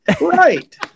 Right